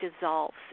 dissolves